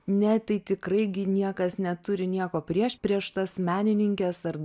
ne tai tikrai niekas neturi nieko prieš prieš tas menininkes ar